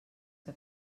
que